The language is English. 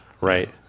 right